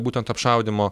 būtent apšaudymo